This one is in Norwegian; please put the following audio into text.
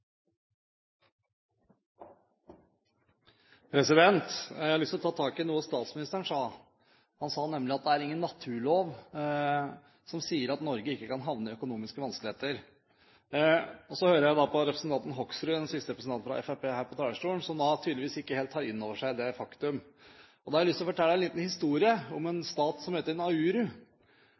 Jeg har lyst til å ta tak i noe statsministeren sa, nemlig at det ikke er noen naturlov som sier at Norge ikke kan havne i økonomiske vanskeligheter. Så hører jeg på representanten Hoksrud, den siste representanten fra Fremskrittspartiet her på talerstolen, som tydeligvis ikke helt tar inn over seg dette faktum. Da har jeg lyst til å fortelle en liten historie om en stat som heter Nauru.